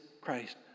Christ